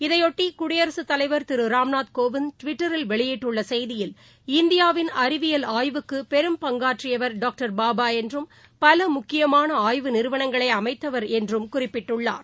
இதையொட்டிகுடியரசுத் தலைவர் திருராம்நாத் கோவிந்த் டுவிட்டரில் வெளியிட்டுள்ளசெய்தியில் இந்தியாவின் அறிவியல் அய்வுக்குபெரும்பங்காற்றியவர் டாக்டா பாபாஎன்றும் பலமுக்கியமானஆய்வு நிறுவனங்களைஅமைத்தவர் அவர் என்றும் குறிப்பிட்டுள்ளார்